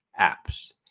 Apps